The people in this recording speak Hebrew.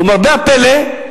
ולמרבה הפלא,